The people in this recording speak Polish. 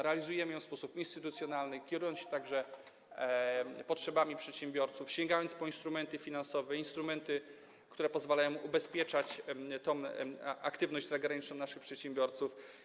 Realizujemy ją w sposób instytucjonalny, kierując się także potrzebami przedsiębiorców, sięgając po instrumenty finansowe, instrumenty, które pozwalają ubezpieczać tę aktywność zagraniczną naszych przedsiębiorców.